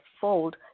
fold